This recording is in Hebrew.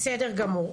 בסדר גמור.